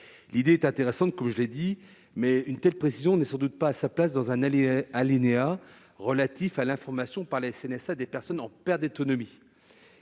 L'idée est intéressante, mais une telle précision n'est sans doute pas à sa place dans un alinéa relatif à l'information des personnes en perte d'autonomie